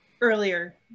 earlier